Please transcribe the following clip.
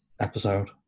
episode